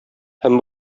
һәм